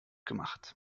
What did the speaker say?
gemacht